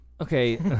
Okay